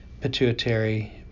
pituitary